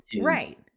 right